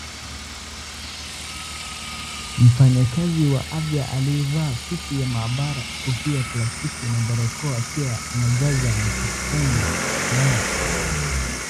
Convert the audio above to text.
Mfanyakazi wa afya aliyekuwa ameivaa suti ya maabara kofia ya plastiki na barakoa akiwa anajaza na kuifunga dawa.